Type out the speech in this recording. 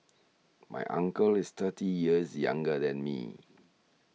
my uncle is thirty years younger than me